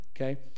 okay